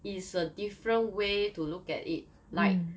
is a different way to look at it like